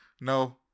no